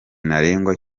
ntarengwa